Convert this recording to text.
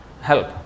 help